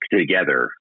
together